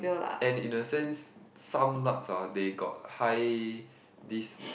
and in the sense some nuts hor they got high this